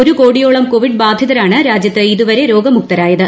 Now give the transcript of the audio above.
ഒരു കോടിയോളം കോവിഡ് ബാധിതരാണ് രാജ്യത്ത് ഇതുവരെ രോഗമുക്തരായത്